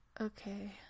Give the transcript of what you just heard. okay